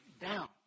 down